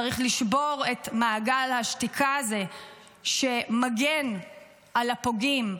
צריך לשבור את מעגל השתיקה הזה שמגן על הפוגעים,